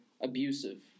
abusive